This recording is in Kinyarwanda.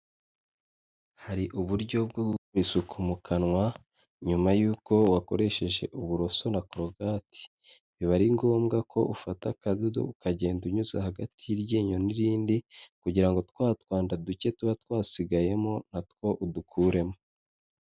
Hari uburyo bwo gukora isuku mu kanwa nyuma yuko wakoresheje uburoso na korogati, biba ari ngombwa ko ufata akadodo ukagenda unyuza hagati y'iryinyo n'irindi kugira ngo twa twanda duke tuba twasigayemo na two udukuremo.